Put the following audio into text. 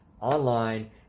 online